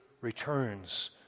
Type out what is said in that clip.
returns